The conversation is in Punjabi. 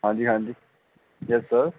ਹਾਂਜੀ ਹਾਂਜੀ ਯੈੱਸ ਸਰ